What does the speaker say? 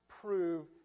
prove